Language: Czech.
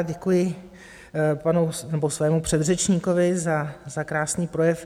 Děkuji panu nebo svému předřečníkovi za krásný projev.